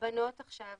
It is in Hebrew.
והבנות עכשיו